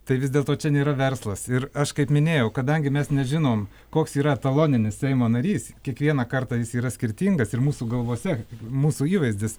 tai vis dėlto čia nėra verslas ir aš kaip minėjau kadangi mes nežinom koks yra etaloninis seimo narys kiekvieną kartą jis yra skirtingas ir mūsų galvose mūsų įvaizdis